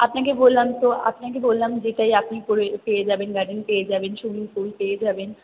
আপনাকে বললাম তো আপনাকে বললাম যেটাই আপনি পেয়ে যাবেন গার্ডেন পেয়ে যাবেন সুইমিং পুল পেয়ে যাবেন